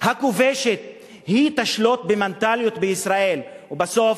הכובשת, תשלוט במנטליות בישראל, ובסוף,